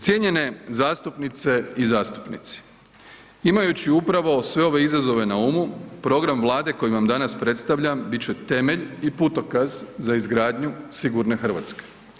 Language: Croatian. Cijenjenje zastupnice i zastupnici, imajući upravo sve ove izazove na umu, program Vlade koji vam danas predstavljam bit će temelj i putokaz za izgradnju sigurne Hrvatske.